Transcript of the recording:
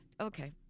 Okay